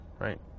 right